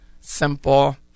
Simple